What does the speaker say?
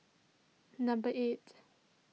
number eight